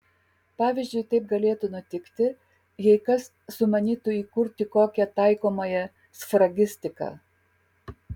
pavyzdžiui taip galėtų nutikti jei kas sumanytų įkurti kokią taikomąją sfragistiką